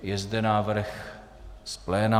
Je zde návrh z pléna.